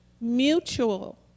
mutual